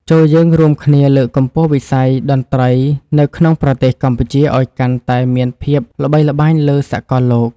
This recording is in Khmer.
ចូរយើងរួមគ្នាលើកកម្ពស់វិស័យតន្ត្រីនៅក្នុងប្រទេសកម្ពុជាឱ្យកាន់តែមានភាពល្បីល្បាញលើសកលលោក។